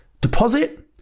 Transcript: deposit